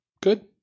Good